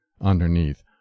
underneath